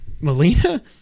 Melina